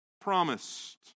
promised